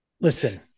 listen